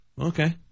Okay